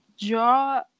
draw